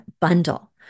bundle